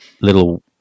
little